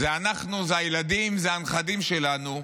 זה אנחנו, זה הילדים, זה הנכדים שלנו,